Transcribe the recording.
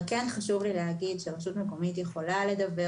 רק כן חשוב לי להגיד שרשות מקומית יכולה לדוור